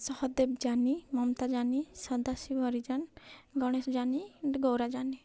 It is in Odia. ସହଦେବ ଜାନି ମମତା ଜାନି ସଦାଶିବ ହରିଜନ ଗଣେଶ ଜାନି ଗୌରା ଜାନି